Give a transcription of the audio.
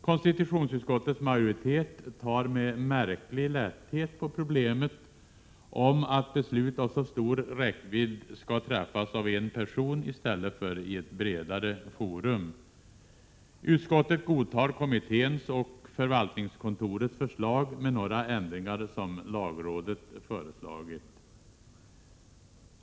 Konstitutionsutskottets majoritet tar med märklig lätthet på problemet om att beslut av så stor räckvidd skall träffas av en person, i stället för i ett bredare forum. Utskottet godtar kommitténs och förvaltningskontorets förslag med några ändringar som lagrådet föreslagit.